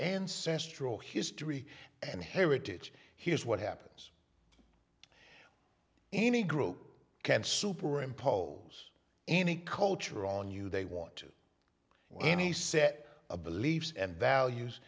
ancestral history and heritage here's what happens any group can superimpose any culture on you they want to well any set of beliefs and values